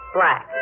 Black